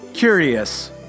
Curious